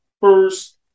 first